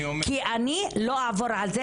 כי אני לא אעבור על זה,